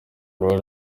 uruhare